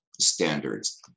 standards